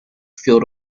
field